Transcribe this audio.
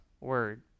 word